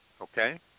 Okay